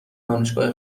دانشگاه